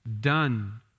done